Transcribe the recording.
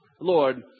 Lord